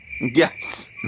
Yes